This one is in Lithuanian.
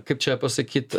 kaip čia pasakyt